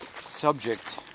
subject